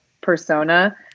persona